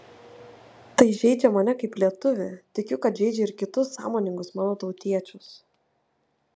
tai žeidžia mane kaip lietuvį tikiu kad žeidžia ir kitus sąmoningus mano tautiečius